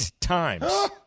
times